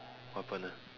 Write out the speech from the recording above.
what happen ah